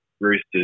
Roosters